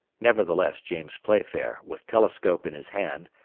nevertheless, james playfair, with telescope in his hand,